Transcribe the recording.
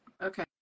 okay